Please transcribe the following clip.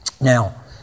Now